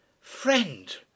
friend